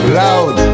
loud